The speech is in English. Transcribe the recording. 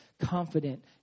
confident